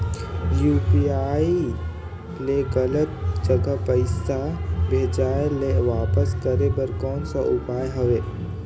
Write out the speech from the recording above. UPI ले गलत जगह पईसा भेजाय ल वापस करे बर कौन उपाय हवय?